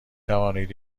توانید